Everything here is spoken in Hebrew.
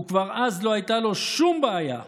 כבר אז, לא הייתה לו שום בעיה,